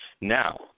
Now